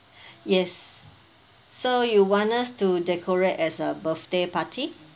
yes so you want us to decorate as a birthday party